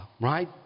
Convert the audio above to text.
Right